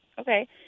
Okay